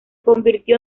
convirtió